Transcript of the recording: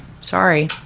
Sorry